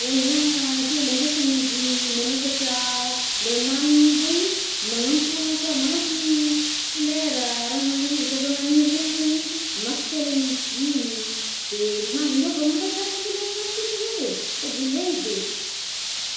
Raha ilàgna antely ankôatran’izy ih mamokatra ah le maminy zaigny ih, magnampy ôlogno kôa. Magnampy ih flera ah, raha maniry-zava-magniry regny zaigny izy, maka felagn’izigny ih. De magna-miôva-mampatsara tôntolo iegnanantsika zaigny e. Sady ilegny be.